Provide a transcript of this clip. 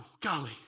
Golly